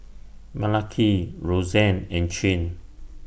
Malaki Roxanne and Chin